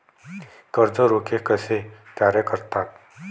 कर्ज रोखे कसे कार्य करतात?